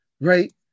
right